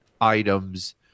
items